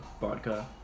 vodka